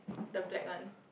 the black one